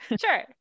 Sure